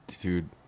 Dude